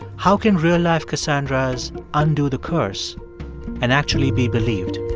how can real-life cassandras undo the curse and actually be believed?